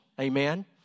amen